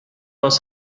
was